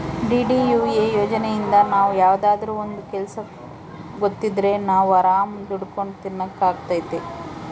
DDUA ಯೋಜನೆಇಂದ ನಾವ್ ಯಾವ್ದಾದ್ರೂ ಒಂದ್ ಕೆಲ್ಸ ಗೊತ್ತಿದ್ರೆ ನಾವ್ ಆರಾಮ್ ದುಡ್ಕೊಂಡು ತಿನಕ್ ಅಗ್ತೈತಿ